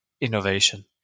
innovation